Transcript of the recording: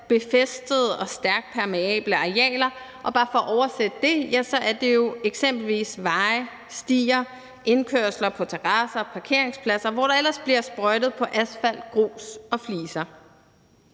befæstede og stærkt permeable arealer. For at oversætte det, er det jo eksempelvis veje, stier, indkørsler, terrasser, parkeringspladser, og hvor der også bliver sprøjtet på asfalt, grus og fliser.